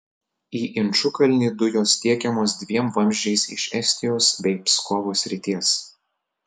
į inčukalnį dujos tiekiamos dviem vamzdžiais iš estijos bei pskovo srities